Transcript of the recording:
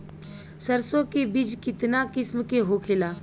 सरसो के बिज कितना किस्म के होखे ला?